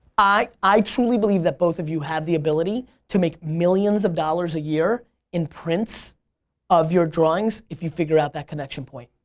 i i truly believe that both of you have the ability to make millions of dollars a year in prints of your drawings if you figure out that connection point.